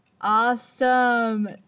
Awesome